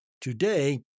today